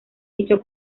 dicho